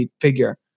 figure